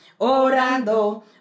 Orando